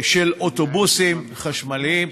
של אוטובוסים חשמליים.